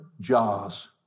jars